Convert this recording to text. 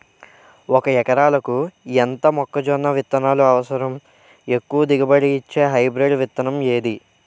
ఒక ఎకరాలకు ఎంత మొక్కజొన్న విత్తనాలు అవసరం? ఎక్కువ దిగుబడి ఇచ్చే హైబ్రిడ్ విత్తనం ఏది?